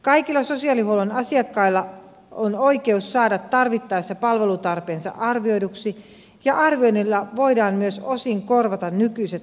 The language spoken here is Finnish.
kaikilla sosiaalihuollon asiakkailla on oikeus saada tarvittaessa palvelutarpeensa arvioiduksi ja arvioinnilla voidaan myös osin korvata nykyiset asiakassuunnitelmat